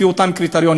לפי אותם קריטריונים,